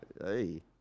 Hey